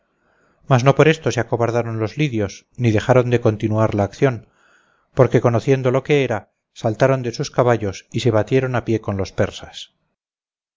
mas no por esto se acobardaron los lidios ni dejaron de continuar la acción porque conociendo lo que era saltaron de sus caballos y se batieron a pie con los persas